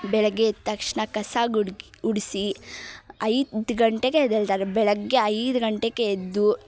ಬೆಳಗ್ಗೆ ಎದ್ದ ತಕ್ಷಣ ಕಸ ಗುಡ್ಕ್ ಗುಡಿಸಿ ಐದು ಗಂಟೆಗೆ ಎದ್ದೇಳ್ತಾರೆ ಬೆಳಗ್ಗೆ ಐದು ಗಂಟೆಗೆ ಎದ್ದು